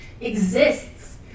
exists